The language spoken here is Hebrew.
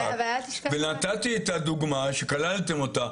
ונתתי את הדוגמה שכללתם אותה